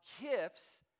gifts